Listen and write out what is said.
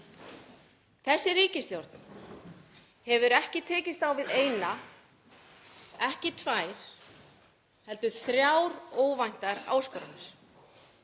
Þessi ríkisstjórn hefur ekki tekist á við eina, ekki tvær heldur þrjár óvæntar áskoranir.